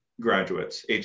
graduates